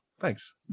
thanks